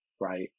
right